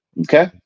okay